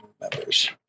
Members